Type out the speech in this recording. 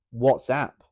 whatsapp